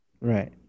Right